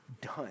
done